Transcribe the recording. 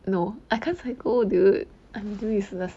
no I can't cycle dude I'm too useless